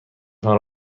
تان